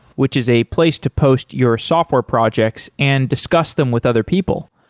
which is a place to post your software projects and discuss them with other people.